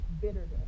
bitterness